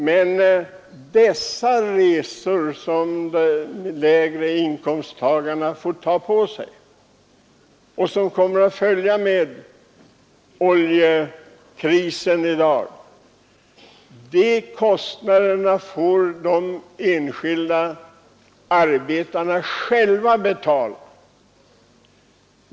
Men de ökade kostnader för dessa resor, som blir en följd av oljekrisen, får de enskilda arbetarna själva betala.